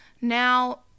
Now